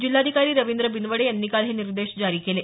जिल्हाधिकारी रवींद्र बिनवडे यांनी काल हे निर्देश जारी केले